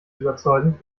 überzeugend